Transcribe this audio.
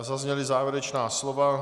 Zazněla závěrečná slova.